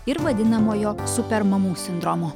ir vadinamojo super mamų sindromo